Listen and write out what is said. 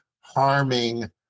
harming